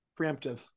preemptive